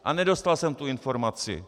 A nedostal jsem tu informaci.